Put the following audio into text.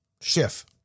Schiff